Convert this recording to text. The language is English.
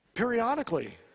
Periodically